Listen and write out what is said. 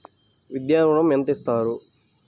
విద్యా ఋణం ఎంత ఇస్తారు?